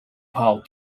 pile